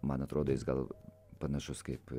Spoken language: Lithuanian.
man atrodo jis gal panašus kaip